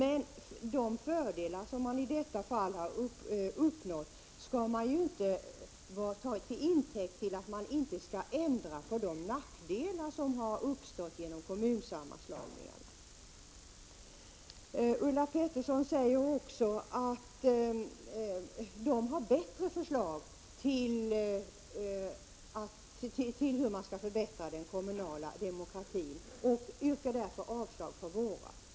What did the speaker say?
Men de fördelar man i detta fall har uppnått skall inte tas till intäkt för att man inte skall ändra på de nackdelar som har uppstått genom kommunsammanslagningarna. Ulla Pettersson säger också att socialdemokraterna har bättre förslag till hur man skall förbättra den kommunala demokratin och yrkar därför avslag på våra förslag.